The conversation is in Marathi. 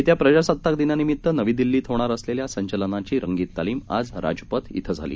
येत्याप्रजासत्ताकदिनानिमित्तनवीदिल्लीतहोणारअसलेल्यासंचलनाचीरंगीततालीमआजराजपथाध्विंझाली